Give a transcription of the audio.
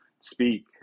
speak